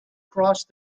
crossed